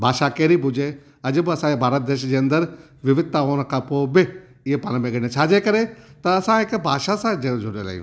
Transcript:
भाषा कहिड़ी बि हुजे अॼु बि असांजे भारत देश जे अंदरि विविधता हुअण खां पोइ बि ईअं पाण में ॻंढे छाजे करे त असां हिकु भाषा सां जुड़ियल आहियूं